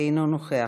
אינו נוכח.